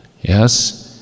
yes